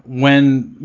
when, you